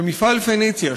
שמפעל "פניציה",